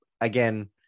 Again